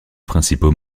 principaux